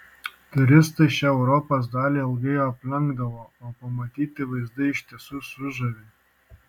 turistai šią europos dalį ilgai aplenkdavo o pamatyti vaizdai iš tiesų sužavi